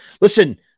Listen